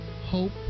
hope